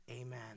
amen